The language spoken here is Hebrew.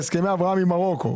בהסכמי הבראה ממרוקו.